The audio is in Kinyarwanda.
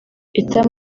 etat